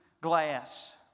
glass